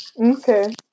okay